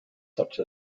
such